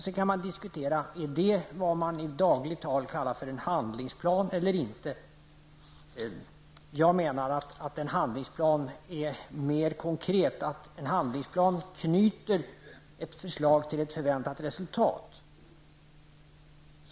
Sedan kan man diskutera om det är vad som i dagligt tal kallas för en handlingsplan eller inte. Jag menar att en handlingsplan är mer konkret, att den knyter ett förslag till ett förväntat resultat.